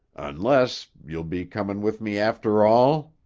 unless you'll be comin' with me after all?